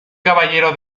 caballero